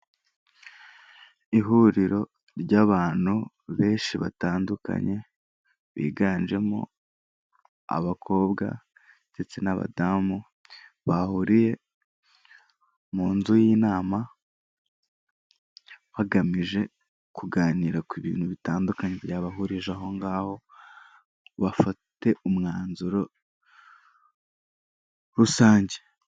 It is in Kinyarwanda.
Ihuriro ry'abantu benshi batandukanye biganjemo abakobwa ndetse n'abadamu, bahuriye mu nzu y'inama bagamije kuganira ku bintu bitandukanye byabahurije aho ngaho, bafate umwanzuro rusange.